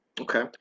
Okay